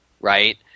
right